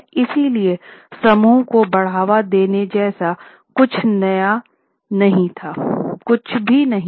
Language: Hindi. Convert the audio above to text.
इसलिए समूह को बढ़ावा देने जैसा कुछ नहीं था